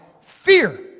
fear